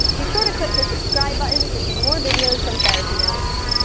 be sure to click the subscribe button to see more videos from therapy notes.